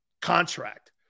contract